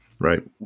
Right